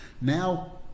now